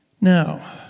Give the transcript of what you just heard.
Now